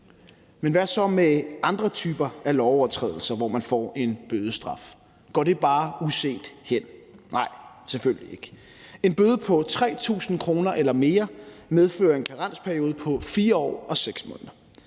Men hvad så med andre typer af lovovertrædelser, hvor man får en bødestraf? Går det bare uset hen? Nej, selvfølgelig ikke. En bøde på 3.000 kr. eller mere medfører en karensperiode på 4 år og 6 måneder.